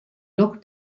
noch